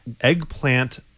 Eggplant